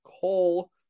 Cole